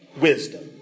wisdom